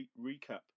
recap